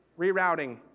Rerouting